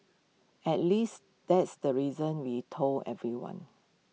at least that's the reason we told everyone